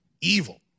evil